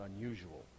unusual